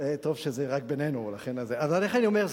לכן אני אומר,